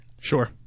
Sure